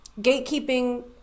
gatekeeping